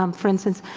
um for instance.